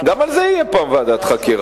גם על זה פעם תהיה ועדת חקירה.